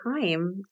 time